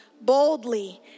boldly